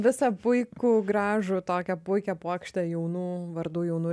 visą puikų gražų tokią puikią puokštę jaunų vardų jaunų